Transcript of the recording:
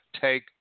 take